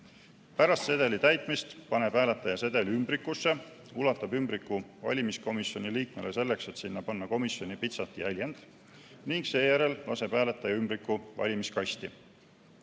Pärast sedeli täitmist paneb hääletaja sedeli ümbrikusse, ulatab ümbriku valimiskomisjoni liikmele, kes paneb ümbrikule komisjoni pitsati jäljendi, ning seejärel laseb hääletaja ümbriku valimiskasti.